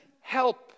help